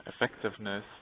effectiveness